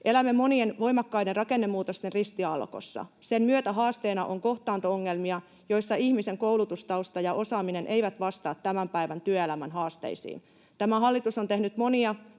Elämme monien voimakkaiden rakennemuutosten ristiaallokossa. Sen myötä haasteena on kohtaanto-ongelmia, joissa ihmisen koulutustausta ja osaaminen eivät vastaa tämän päivän työelämän haasteisiin. Tämä hallitus on tehnyt monia